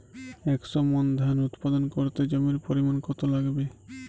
একশো মন ধান উৎপাদন করতে জমির পরিমাণ কত লাগবে?